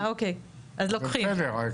אוקיי, אז לוקחים.